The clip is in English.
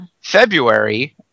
February